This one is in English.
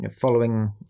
following